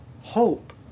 Hope